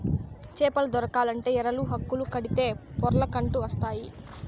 చేపలు దొరకాలంటే ఎరలు, హుక్కులు కడితే పొర్లకంటూ వస్తాయి